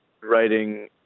writing